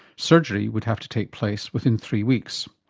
surgery would have to take place within three weeks.